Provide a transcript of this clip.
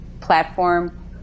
platform